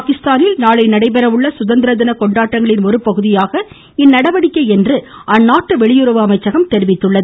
பாகிஸ்தானில் நாளை நடைபெறவுள்ள சுதந்திர தினம் கொண்டாட்டங்களின் ஒருபகுதியாக இந்நடவடிக்கை என்று அந்நாட்டு வெளியறவு அமைச்சகம் தெரிவித்துள்ளது